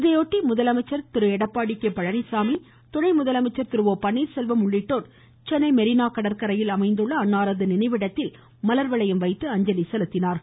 இதையொட்டி முதலமைச்சர் திரு எடப்பாடி கே பழனிச்சாமி துணை முதலமைச்சர் திரு ஓ பன்னீர்செல்வம் உள்ளிட்டோர் சென்னை மெரீனா கடற்கரையில் அமைந்துள்ள அன்னாரது நினைவிடத்தில் மலர்வளையம் வைத்து அஞ்சலி செலுத்தினார்கள்